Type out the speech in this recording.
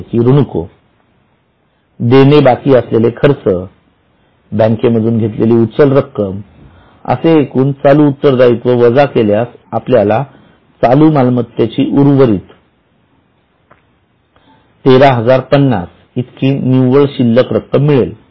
जसे कि ऋणको देणे बाकी असलेले खर्च बँकेमधून घेतलेली उचल रक्कम असे एकूण चालू उत्तरदायित्व वजा केल्यास आपल्याला चालू मालमत्तेची उर्वरित १३०५० इतकी निव्वळ शिल्लक रक्कम मिळते